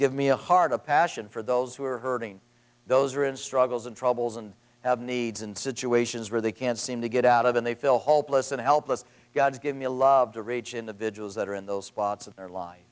give me a heart a passion for those who are hurting those are in struggles and troubles and have needs and situations where they can't seem to get out of and they feel hopeless and helpless god give me a lot to reach individuals that are in those spots of their life